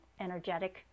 energetic